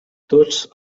tots